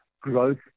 growth